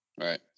right